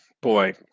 Boy